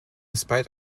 spite